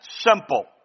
Simple